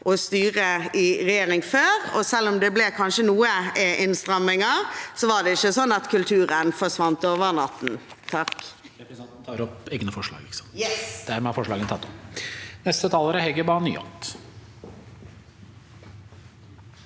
og styrt i regjering før, og selv om det kanskje ble noen innstramminger, var det ikke sånn at kulturen forsvant over natten.